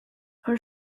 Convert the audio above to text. her